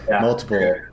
multiple